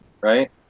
right